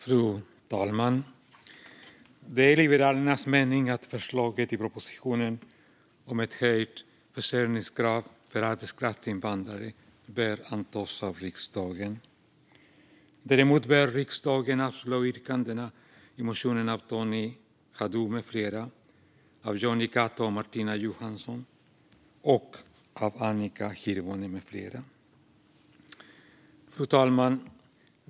Fru talman! Det är Liberalernas mening att förslaget i propositionen Ett höjt försörjningskrav för arbetskraftsinvandrare bör antas av riksdagen. Däremot bör riksdagen avslå yrkandena i motionerna av Tony Haddou med flera, av Jonny Cato och Martina Johansson och av Annika Hirvonen med flera. Fru talman!